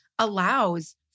Allows